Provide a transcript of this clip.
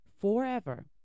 forever